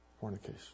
fornication